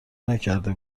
نکرده